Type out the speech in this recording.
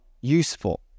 useful